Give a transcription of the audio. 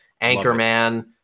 Anchorman